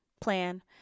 plan